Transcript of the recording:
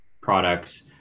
products